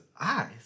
eyes